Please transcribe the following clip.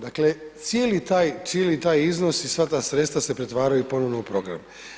Dakle, cijeli taj iznos i svata sredstva se pretvaraju ponovno u program.